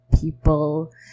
people